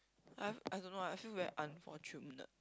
I've I don't know I feel very unfortunate